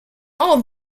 all